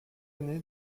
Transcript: année